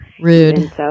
Rude